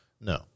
no